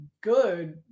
good